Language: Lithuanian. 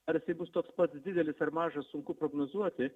ar jisai bus toks pat didelis ar mažas sunku prognozuoti